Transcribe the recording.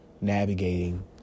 navigating